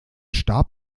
starb